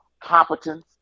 competence